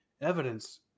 evidence